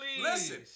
Listen